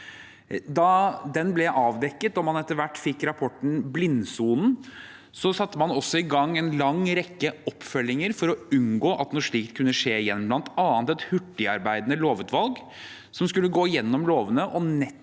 Da den ble avdekket og man etter hvert fikk rapporten Blindsonen, satte man også i gang en lang rekke oppfølginger for å unngå at noe slikt kunne skje igjen, bl.a. et hurtigarbeidende lovutvalg som skulle gå gjennom lovene og nettopp